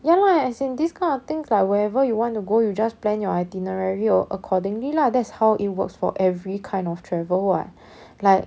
ya lah as in these kind of things like wherever you want to go you just plan your itinerary accordingly lah that's how it works for every kind of travel [what] like